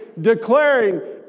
declaring